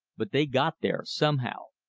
but they got there, somehow.